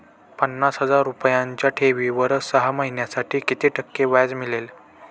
पन्नास हजार रुपयांच्या ठेवीवर सहा महिन्यांसाठी किती टक्के व्याज मिळेल?